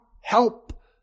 help